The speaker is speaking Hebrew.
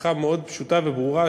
הבטחה מאוד פשוטה וברורה,